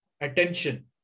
attention